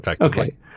okay